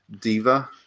Diva